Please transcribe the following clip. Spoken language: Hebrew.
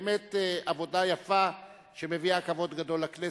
באמת עבודה יפה שמביאה כבוד גדול לכנסת,